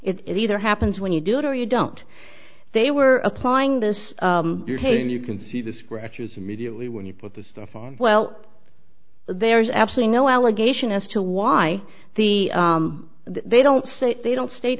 it either happens when you do it or you don't they were applying this you're saying you can see the scratches immediately when you put the stuff on well there's absolutely no allegation as to why the they don't say they don't state